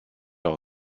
leur